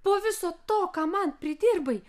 po viso to ką man pridirbai